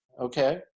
Okay